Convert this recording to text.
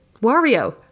Wario